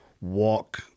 walk